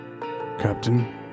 Captain